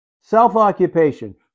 Self-occupation